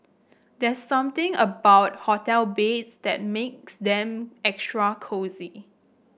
there's something about hotel beds that makes them extra cosy